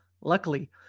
Luckily